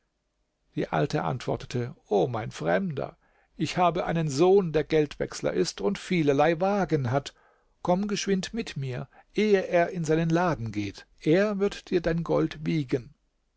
die alte antwortete o mein fremder ich habe einen sohn der geldwechsler ist und vielerlei waagen hat komm geschwind mit mir ehe er in seinen laden geht er wird dir dein gold wiegen